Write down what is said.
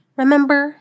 remember